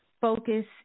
focus